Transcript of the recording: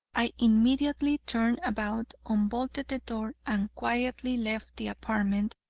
i immediately turned about, unbolted the door, and quietly left the apartment,